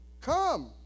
come